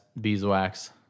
beeswax